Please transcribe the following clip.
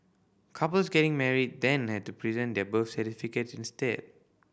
couples getting married then had to present their birth certificates instead